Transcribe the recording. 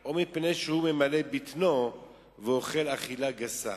או מפני שהוא ממלא בטנו ואוכל אכילה גסה".